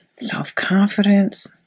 Self-confidence